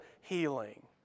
healing